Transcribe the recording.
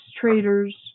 traders